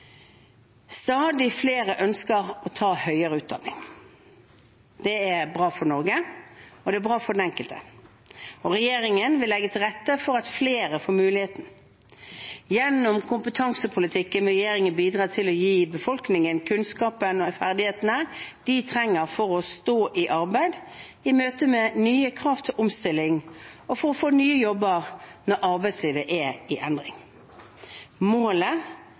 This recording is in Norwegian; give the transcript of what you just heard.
Stadig flere ønsker å ta høyere utdanning. Det er bra for Norge, og det er bra for den enkelte, og regjeringen vil legge til rette for at flere får muligheten. Gjennom kompetansepolitikken vil regjeringen bidra til å gi befolkningen kunnskapen og ferdighetene de trenger for å stå i arbeid i møte med nye krav til omstilling, og for å få nye jobber når arbeidslivet er i endring. Målet